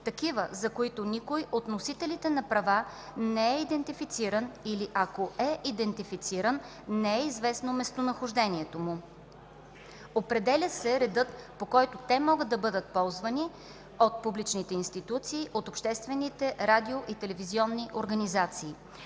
такива, за които никой от носителите на права не е идентифициран или ако е идентифициран, не е известно местонахождението му. Определя се редът, по който те могат да бъдат ползвани от публичните институции, от обществените радио- и телевизионни организации.